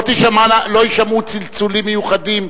לא יישמעו צלצולים מיוחדים.